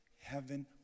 heaven